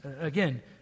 Again